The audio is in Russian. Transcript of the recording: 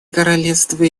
королевство